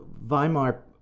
Weimar